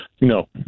No